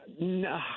No